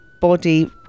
body